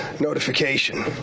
notification